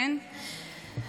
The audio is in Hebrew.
כן,